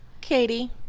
katie